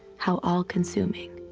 how all-consuming.